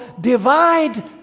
divide